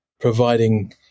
providing